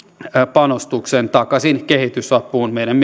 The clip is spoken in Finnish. panostus takaisin kehitysapuun meidän